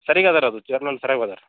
ಸರೀ್ಗೆ ಅದಾರೆ ಅದು ಜರ್ನಲ್ ಸರ್ಯಾಗಿ ಬರ್ದಾರೆ